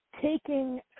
taking